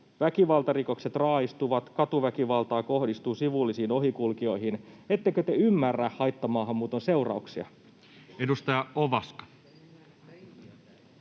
väkivaltarikokset raaistuvat, katuväkivaltaa kohdistuu sivullisiin ohikulkijoihin. Ettekö te ymmärrä haittamaahanmuuton seurauksia? Edustaja Ovaska.